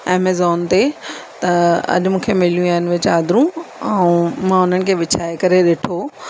Amazon ते त अॾु मूंखे मिलियो आहिनि उहे चादरूं ऐं मां उन्हनि खे विछाए करे ॾिठो